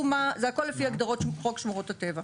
זה הכול לפי הגדרות חוק שמורות הטבע,